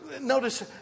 Notice